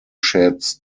sheds